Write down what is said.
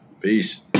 Peace